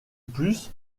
plus